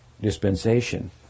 dispensation